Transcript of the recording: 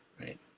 right